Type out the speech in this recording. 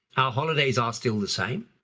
our holidays are still the same,